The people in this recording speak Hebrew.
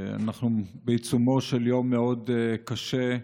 אנחנו בעיצומו של יום מאוד קשה: